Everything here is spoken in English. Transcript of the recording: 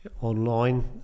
online